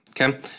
Okay